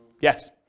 Yes